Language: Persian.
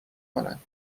کنند